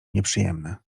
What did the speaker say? nieprzyjemne